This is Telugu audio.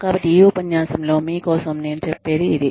కాబట్టి ఈ ఉపన్యాసంలో మీ కోసం నేను చెప్పేది ఇది